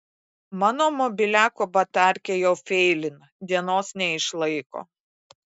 mano mobiliako batarkė jau feilina dienos neišlaiko